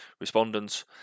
respondents